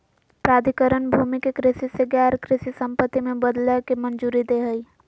प्राधिकरण भूमि के कृषि से गैर कृषि संपत्ति में बदलय के मंजूरी दे हइ